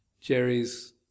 Jerry's